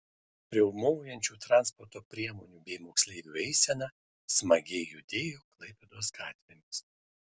riaumojančių transporto priemonių bei moksleivių eisena smagiai judėjo klaipėdos gatvėmis